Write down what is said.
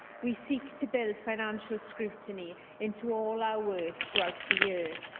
we seek to build financial scrutiny into all our work throughout the year.